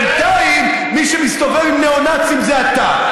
בינתיים מי שמסתובב עם ניאו-נאצים זה אתה,